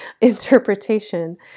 interpretation